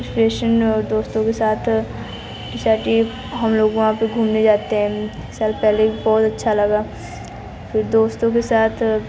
दोस्तों के साथ साथ ही हम लोग वहाँ पर घूमने जाते हैं एक साल पहले बहुत अच्छा लगा फिर दोस्तों के साथ